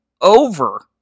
over